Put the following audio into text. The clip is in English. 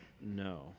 No